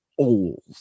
Old